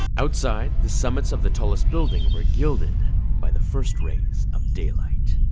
outside the summit's of the tallest buildings were gilded by the first rays of daylight